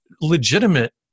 legitimate